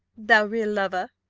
thou real lover!